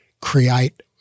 create